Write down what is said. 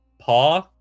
paw